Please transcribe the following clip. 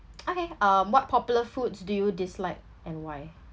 okay um what popular foods do you dislike and why